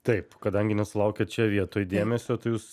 taip kadangi nesulaukėt šioj vietoj dėmesio tai jūs